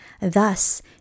thus